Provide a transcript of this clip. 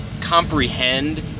comprehend